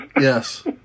Yes